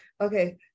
Okay